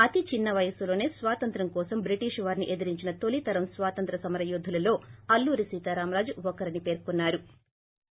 అతి చిన్న వయస్సులోనే స్వాతంత్ర్యం కోసం బ్రిటీషు వారిని ఎదరించిన తొలి తరం స్వాతంత్ర్వ సమరయోధులలో అల్లూరి సీతారామరాజు ఒకరని పేర్కొన్నారు